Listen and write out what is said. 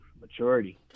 maturity